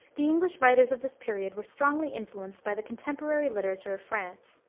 the english writers of this period were strongly influenced by the contemporary literature of france,